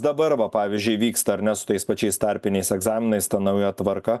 dabar va pavyzdžiui vyksta ar ne su tais pačiais tarpiniais egzaminais ta nauja tvarka